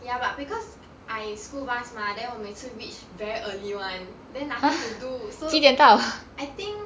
ya but because I school bus mah then 我每次 reach very early [one] then nothing to do so I think